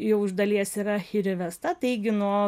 jau iš dalies yra ir įvesta taigi nuo